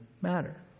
matter